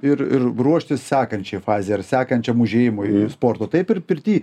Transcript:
ir ruoštis sekančiai fazei ir sekančiam užėjimui į sporto taip ir pirty